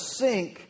sink